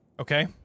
okay